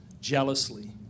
jealously